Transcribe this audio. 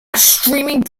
streaming